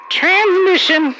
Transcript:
transmission